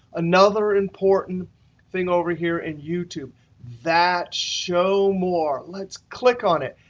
another important thing over here in youtube that show more. let's click on it.